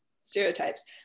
stereotypes